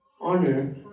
honor